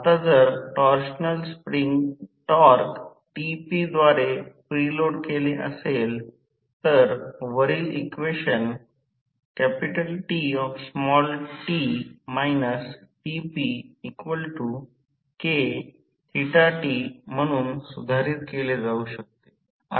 आता जर torsional spring torque TP द्वारे प्रीलोड केले असेल तर वरील इक्वेशन Tt TPKθt म्हणून सुधारित केले जाऊ शकते